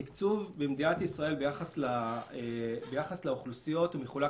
התקצוב במדינת ישראל ביחס לאוכלוסיות מחולק